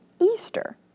Easter